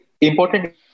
important